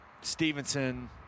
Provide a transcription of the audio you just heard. stevenson